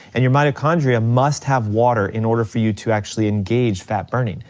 and your mitochondria must have water in order for you to actually engage fat burning,